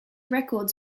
records